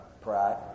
Pride